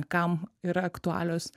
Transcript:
kam yra aktualios